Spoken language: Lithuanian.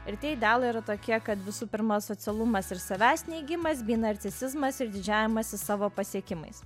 ir tie idealai yra tokie kad visų pirma socialumas ir savęs neigimas bei narcisizmas ir didžiavimasis savo pasiekimais